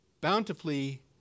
bountifully